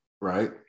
Right